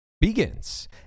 begins